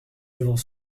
devant